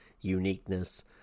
uniqueness